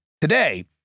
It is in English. today